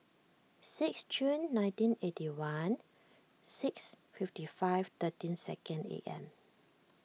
six Jun nineteen eighty one six fifty five thirteen second A M